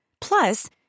Plus